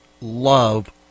love